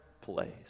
place